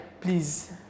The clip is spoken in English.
please